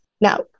Now